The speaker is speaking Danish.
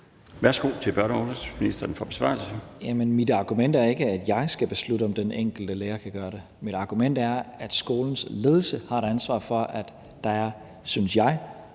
og undervisningsministeren (Mattias Tesfaye): Jamen mit argument er ikke, at jeg skal beslutte, om den enkelte lærer kan gøre det. Mit argument er, at skolens ledelse har et ansvar for, at der er fælles